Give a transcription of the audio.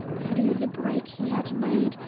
through the break he had made,